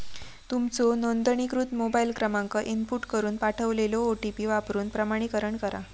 तुमचो नोंदणीकृत मोबाईल क्रमांक इनपुट करून पाठवलेलो ओ.टी.पी वापरून प्रमाणीकरण करा